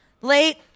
late